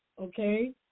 okay